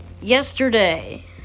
yesterday